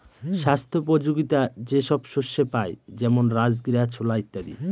স্বাস্থ্যোপযোগীতা যে সব শস্যে পাই যেমন রাজগীরা, ছোলা ইত্যাদি